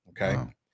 okay